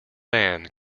man